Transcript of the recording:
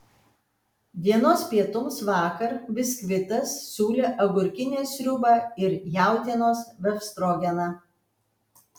dienos pietums vakar biskvitas siūlė agurkinę sriubą ir jautienos befstrogeną